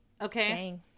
okay